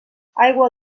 aigua